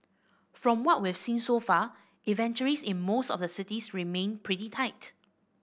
from what we've seen so far inventories in most of the cities remain pretty tight